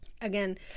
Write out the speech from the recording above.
Again